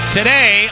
Today